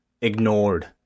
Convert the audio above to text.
ignored